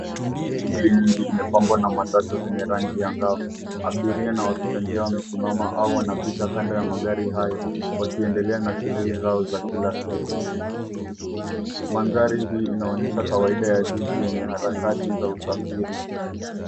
Shughuli nyingi imepambwa na matatu zenye rangi angavu. Abiria na wapita njia wamesimama au wanapita kando ya magari hayo, wakiendelea na shughuli zao za kila siku. Mandhari hii inaonyesha kawaida ya jiji yenye harakati za usafiri.